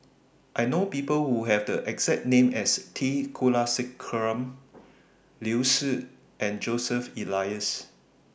I know People Who Have The exact name as T Kulasekaram Liu Si and Joseph Elias